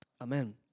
Amen